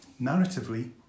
Narratively